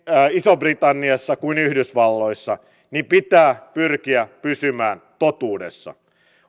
isossa britanniassa kuin yhdysvalloissa pitää pyrkiä pysymään totuudessa